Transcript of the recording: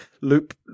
loop